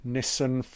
Nissan